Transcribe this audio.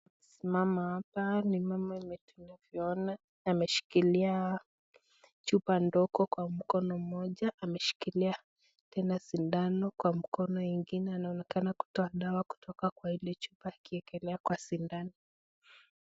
Anayesimama hapa ni mama kama tunavyo ona ameshikilia chupa ndogo kwa mkono mmoja ameshikilia tena sindano kwa mkono ingine. Anaonekana kutoa dawa katoka kwa ile chupa akiekelea kwa sindano.